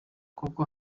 kuko